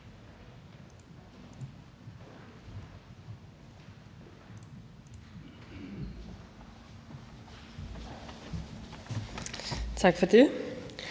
Tak for det.